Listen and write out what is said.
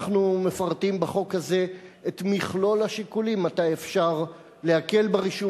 אנחנו מפרטים בחוק הזה את מכלול השיקולים מתי אפשר להקל ברישום.